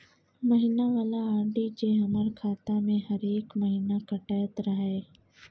महीना वाला आर.डी जे हमर खाता से हरेक महीना कटैत रहे?